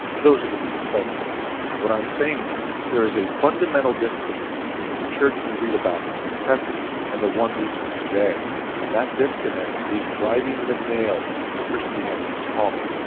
those are to be expected what i'm saying is there is a fundamental disconnect between the church we read about in the new testament and the one we see today and that? disconnect is driving the nail into christianity's coffin